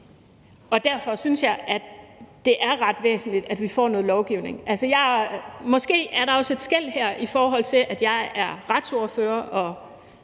Og derfor synes jeg, det er ret væsentligt, at vi får noget lovgivning. Måske er der også et skel her, i forhold til at jeg er retsordfører og